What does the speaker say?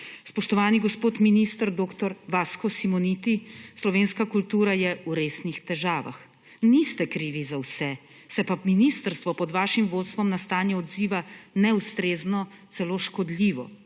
»Spoštovani gospod minister dr. Vasko Simoniti, slovenska kultura je v resnih težavah. Niste krivi za vse, se pa ministrstvo pod vašim vodstvom na stanje odziva neustrezno, celo škodljivo.